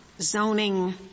zoning